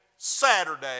Saturday